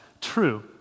true